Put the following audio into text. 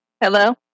Hello